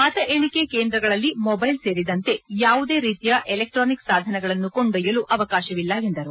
ಮತ ಎಣಿಕೆ ಕೇಂದ್ರಗಳಲ್ಲಿ ಮೊಬೈಲ್ ಸೇರಿದಂತೆ ಯಾವುದೇ ರೀತಿಯ ಎಲೆಕ್ಟಾನಿಕ್ ಸಾಧನಗಳನ್ನು ಕೊಂಡೊಯ್ಯಲು ಅವಕಾಶವಿಲ್ಲ ಎಂದರು